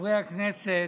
חברי הכנסת,